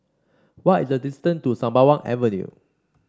what is the distance to Sembawang Avenue